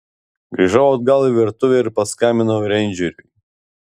grįžau atgal į virtuvę ir paskambinau reindžeriui